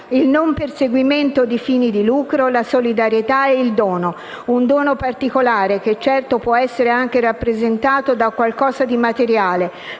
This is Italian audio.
il non perseguimento di fini di lucro, la solidarietà ed il dono; un dono particolare, che certo può essere anche rappresentato da qualcosa di materiale,